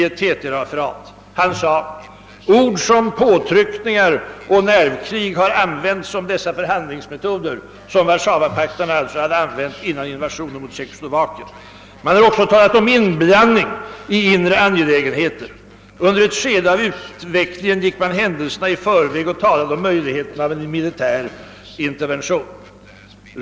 Han sade: »Ord som påtryckningar och nervkrig har använts om dessa förhandlingsmetoder.» Det gällde alltså de metoder som Warszawapaktsstaterna hade använt före invasionen i Tjeckoslovakien. Och utrikesministern fortsatte: »Man har också talat om inblandning i inre angelägenheter. Under ett skede av utvecklingen gick man händelserna i förväg och talade om möjligheten av en militär intervention, ———.